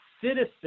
citizen